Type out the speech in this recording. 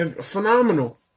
Phenomenal